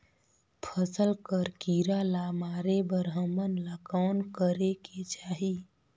फसल कर कीरा ला मारे बर हमन ला कौन करेके चाही?